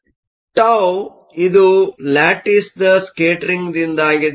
ಆದ್ದರಿಂದ τ ಇದು ಲ್ಯಾಟಿಸ್ದ ಸ್ಕೇಟರಿಂಗ್ದಿಂದಾಗಿದೆ